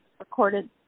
recorded